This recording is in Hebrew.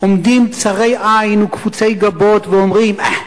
עומדים צרי עין וקפוצי גבות ואומרים: אה,